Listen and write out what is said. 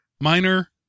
minor